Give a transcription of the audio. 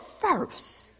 first